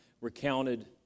recounted